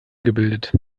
gebildet